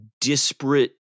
disparate